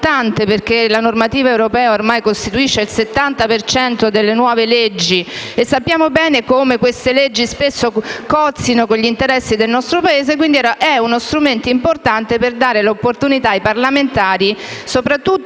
la normativa europea ormai costituisce il 70 per cento delle nuove leggi e sappiamo bene come queste spesso cozzino con gli interessi del nostro Paese. È uno strumento importante per dare l'opportunità ai parlamentari - soprattutto